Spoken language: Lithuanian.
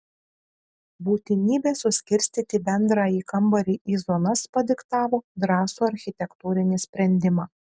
būtinybė suskirstyti bendrąjį kambarį į zonas padiktavo drąsų architektūrinį sprendimą